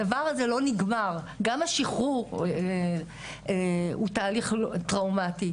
הדבר הזה לא נגמר, גם השחרור הוא תהליך טראומתי.